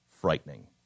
frightening